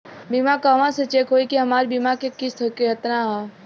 बीमा कहवा से चेक होयी की हमार बीमा के किस्त केतना ह?